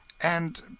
And